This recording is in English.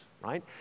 right